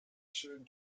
schön